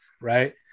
right